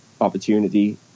opportunity